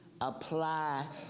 Apply